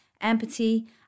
empathy